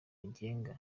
ngenga